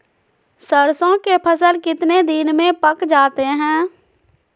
सरसों के फसल कितने दिन में पक जाते है?